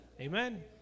Amen